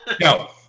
no